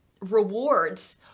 rewards